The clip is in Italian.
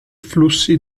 flussi